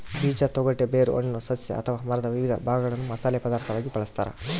ಬೀಜ ತೊಗಟೆ ಬೇರು ಹಣ್ಣು ಸಸ್ಯ ಅಥವಾ ಮರದ ವಿವಿಧ ಭಾಗಗಳನ್ನು ಮಸಾಲೆ ಪದಾರ್ಥವಾಗಿ ಬಳಸತಾರ